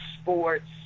sports